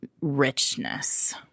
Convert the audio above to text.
richness